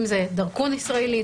אם זה דרכון ישראלי,